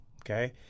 okay